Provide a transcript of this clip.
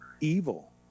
evil